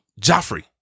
Joffrey